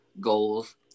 goals